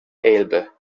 elbe